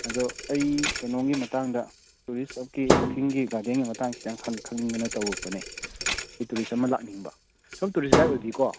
ꯑꯗꯣ ꯑꯩ ꯀꯩꯅꯣꯒꯤ ꯃꯇꯥꯡꯗ ꯇꯨꯔꯤꯁ ꯑꯃꯒꯤ ꯀꯛꯆꯤꯡꯒꯤ ꯒꯥꯔꯗꯦꯟꯒꯤ ꯃꯇꯥꯡ ꯈꯤꯇꯪ ꯈꯪꯅꯤꯡꯗꯅ ꯇꯧꯔꯛꯄꯅꯦ ꯑꯩꯈꯣꯏ ꯇꯨꯔꯤꯁ ꯑꯃ ꯂꯥꯛꯅꯤꯡꯕ ꯁꯣꯝ ꯇꯨꯔꯤꯁ ꯒꯥꯏꯠ ꯑꯣꯏꯕꯤꯀꯣ